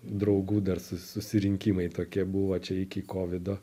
draugų dar su susirinkimai tokie buvo čia iki kovido